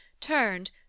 turned